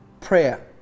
Prayer